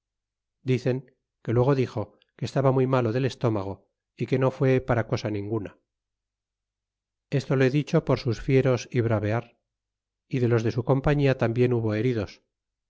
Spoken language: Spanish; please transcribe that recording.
dicen que luego dixo que estaba muy malo del estómago é que no fué para cosa ninguna esto lo he dicho por sus fieros y bravear y de los de su compañia tambien hubo heridos